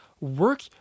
work